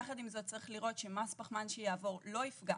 יחד עם זאת, צריך לראות שמס פחמן שיעבור לא ייפגע